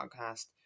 Podcast